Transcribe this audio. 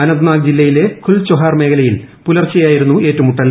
അനന്ത്നാഗ് ജില്ലയിലെ ് ഖുൽചൊഹാർ മേഖലയിൽ പുലർച്ചെയായിരുന്നു ഏറ്റുമുട്ടൽ